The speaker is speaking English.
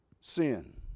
sin